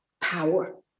power